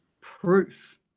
proof